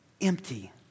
empty